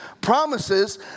promises